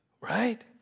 Right